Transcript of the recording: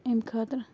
اَمہِ خٲطرٕ